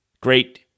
great